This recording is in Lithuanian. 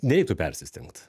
neitų persistengt